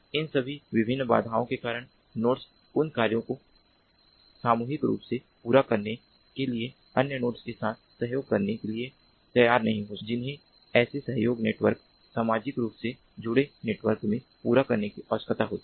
इन सभी विभिन्न बाधाओं के कारण नोड्स उन कार्यों को सामूहिक रूप से पूरा करने के लिए अन्य नोड्स के साथ सहयोग करने के लिए तैयार नहीं हो सकते हैं जिन्हें ऐसे सामाजिक नेटवर्क सामाजिक रूप से जुड़े नेटवर्क में पूरा करने की आवश्यकता होती है